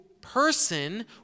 person